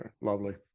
Lovely